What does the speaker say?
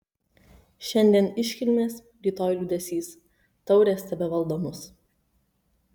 šiandien iškilmės rytoj liūdesys taurės tebevaldo mus